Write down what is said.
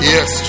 Yes